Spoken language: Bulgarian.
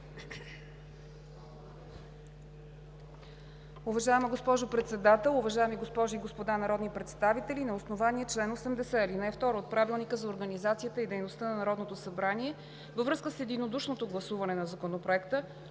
Уважаема госпожо Председател, уважаеми госпожи и господа народни представители! На основание чл. 80, ал. 2 от Правилника за организацията и дейността на Народното събрание, във връзка с единодушното гласуване на Законопроекта